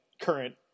current